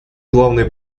главные